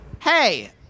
Hey